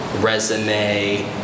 resume